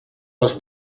les